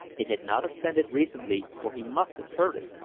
it had not ascended recently or he must have heard it.